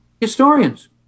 Historians